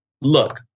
Look